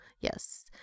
yes